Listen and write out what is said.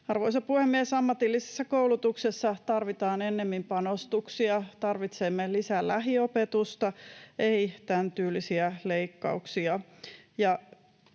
Arvoisa puhemies! Ammatillisessa koulutuksessa tarvitaan ennemmin panostuksia, tarvitsemme lisää lähiopetusta, ei tämän tyylisiä leikkauksia.